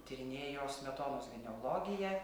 tyrinėjo smetonos genealogiją